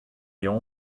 emañ